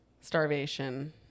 starvation